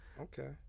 Okay